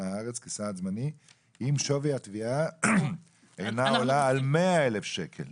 הארץ כצעד זמני אם שווי התביעה אינה עולה על 100,000 שקלים.